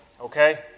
okay